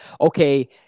okay